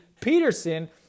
Peterson